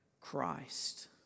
Christ